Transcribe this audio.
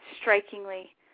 strikingly